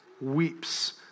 weeps